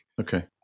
Okay